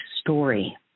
story